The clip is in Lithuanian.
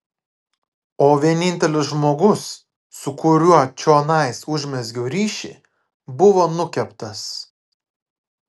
o vienintelis žmogus su kuriuo čionais užmezgiau ryšį buvo nukeptas